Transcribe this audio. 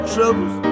Troubles